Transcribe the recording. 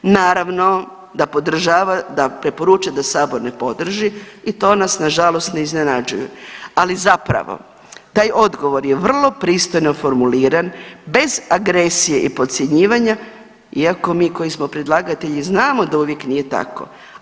Naravno, da podržava da preporuča da sabor ne podrži i to nas nažalost ne iznenađuje, ali zapravo taj odgovor je vrlo pristojno formuliran bez agresije i podcjenjivanja iako mi koji smo predlagatelji znamo da uvijek nije tako.